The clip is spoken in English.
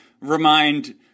remind